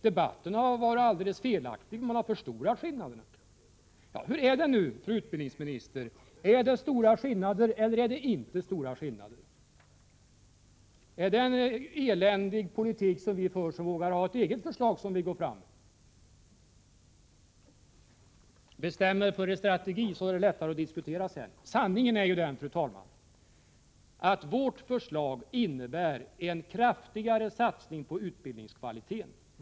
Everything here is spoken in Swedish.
Debatten har varit alldeles felaktig, man har förstorat skillnaderna. Hur är det nu, fru utbildningsminister, är det stora skillnader eller inte? Är det en eländig politik som vi för genom att vi vågar ha ett eget förslag som vi går fram med? Bestäm er nu för en strategi, så blir det lättare att diskutera. Sanningen är ju den, fru talman, att vårt förslag innebär en kraftigare satsning på utbildningens kvalitet.